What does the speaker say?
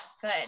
good